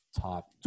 top